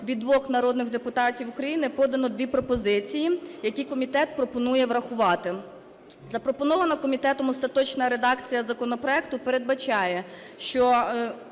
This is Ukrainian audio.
від двох народних депутатів України подано дві пропозиції, які комітет пропонує врахувати. Запропонована комітетом остаточна редакція законопроекту передбачає, що,